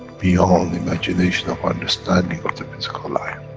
beyond imagination of understanding of the physical life.